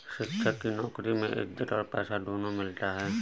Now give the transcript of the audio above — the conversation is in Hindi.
शिक्षक की नौकरी में इज्जत और पैसा दोनों मिलता है